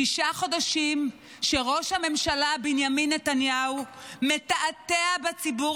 שישה חודשים שראש הממשלה בנימין נתניהו מתעתע בציבור